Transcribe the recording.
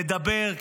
לדבר,